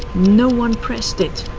no one pressed it.